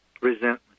resentment